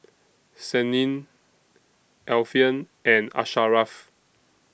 Senin Alfian and Asharaff